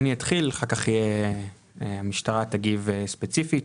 אני אתחיל ואחר כך המשטרה תגיב ספציפית.